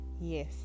Yes